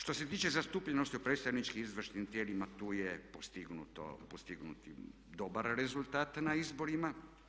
Što se tiče zastupljenosti u predstavničkim i izvršnim tijelima tu je postignut dobar rezultat na izborima.